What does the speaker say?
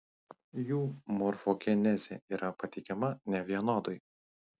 jų morfogenezė yra pateikiama nevienodai